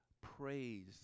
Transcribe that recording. praise